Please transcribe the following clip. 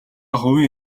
хувийн